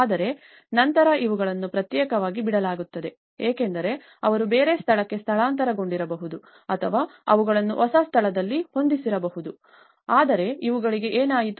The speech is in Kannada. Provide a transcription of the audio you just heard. ಆದರೆ ನಂತರ ಇವುಗಳನ್ನು ಪ್ರತ್ಯೇಕವಾಗಿ ಬಿಡಲಾಗುತ್ತದೆ ಏಕೆಂದರೆ ಅವರು ಬೇರೆ ಸ್ಥಳಕ್ಕೆ ಸ್ಥಳಾಂತರಗೊಂಡಿರಬಹುದು ಅಥವಾ ಅವುಗಳನ್ನು ಹೊಸ ಸ್ಥಳದಲ್ಲಿ ಹೊಂದಿಸಿರಬಹುದು ಆದರೆ ಇವುಗಳಿಗೆ ಏನಾಯಿತು